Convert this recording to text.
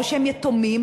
או שהם יתומים,